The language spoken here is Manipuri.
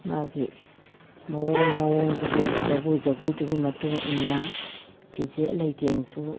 ꯃꯥꯒꯤ ꯃꯑꯣꯡ ꯃꯑꯣꯡꯗꯨꯒꯤ ꯖꯒꯣꯏ ꯖꯒꯣꯏꯗꯨꯒꯤ ꯃꯇꯨꯡ ꯏꯟꯅ ꯐꯤꯖꯦꯠ ꯂꯩꯇꯦꯡꯁꯨ